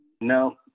No